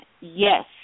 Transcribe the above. yes